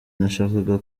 nashakaga